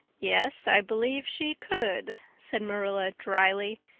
yes, i believe she could, said marilla dryly.